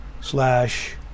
slash